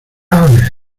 other